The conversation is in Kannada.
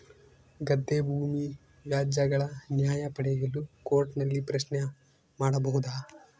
ಗದ್ದೆ ಭೂಮಿ ವ್ಯಾಜ್ಯಗಳ ನ್ಯಾಯ ಪಡೆಯಲು ಕೋರ್ಟ್ ನಲ್ಲಿ ಪ್ರಶ್ನೆ ಮಾಡಬಹುದಾ?